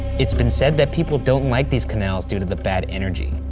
it's been said that people don't like these canals due to the bad energy.